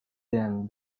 them